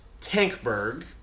Tankberg